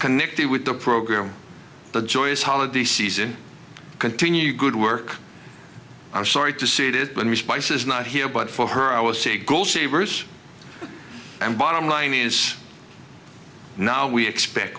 connected with the program the joyous holiday season continued good work i'm sorry to say it is when we spice is not here but for her i will say go see verse and bottom line is now we expect